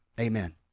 Amen